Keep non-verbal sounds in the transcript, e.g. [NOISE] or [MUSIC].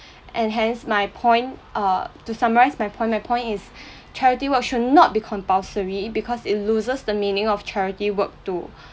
and hence my point err to summarise my point my point is [BREATH] charity work should not be compulsory because it loses the meaning of charity work to [BREATH]